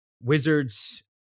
Wizards